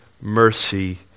mercy